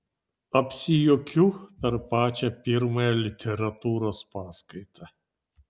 apsijuokiu per pačią pirmąją literatūros paskaitą